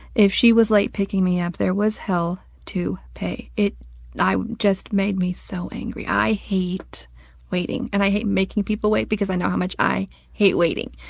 if she was late picking me up, there was hell to pay. it i it just made me so angry. i hate waiting. and i hate making people wait because i know how much i hate waiting.